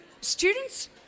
students